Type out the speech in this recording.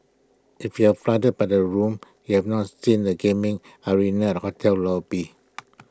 if you're floored by the rooms you have not seen the gaming arena at the hotel lobby